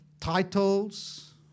titles